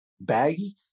Baggy